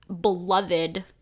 beloved